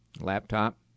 laptop